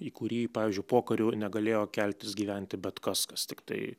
į kurį pavyzdžiui pokariu negalėjo keltis gyventi bet kas kas tiktai